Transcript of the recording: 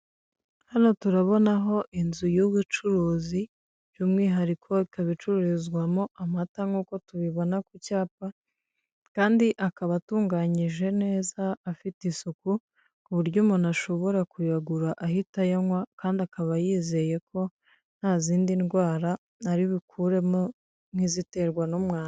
Hano turabonaho inzu y'ubucuruzi byumwihariko ikaba icuruzwamo amata nk'uko tubibona ku cyapa, kandi akaba atunganyije neza afite isuku ku buryo umuntu ashobora kuyagura ahita ayanywa kandi akaba yizeye ko nta zindi ndwara ari bukuremo nk'iziterwa n'umwanda.